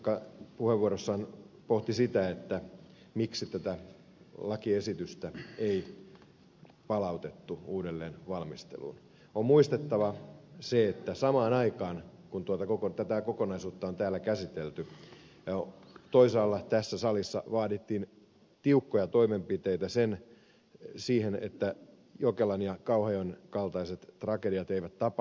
vistbacka puheenvuorossaan pohti sitä miksi tätä lakiesitystä ei palautettu uudelleen valmisteluun on muistettava se että samaan aikaan kun tätä kokonaisuutta on täällä käsitelty toisaalla tässä salissa vaadittiin tiukkoja toimenpiteitä siihen että jokelan ja kauhajoen kaltaiset tragediat eivät tapahdu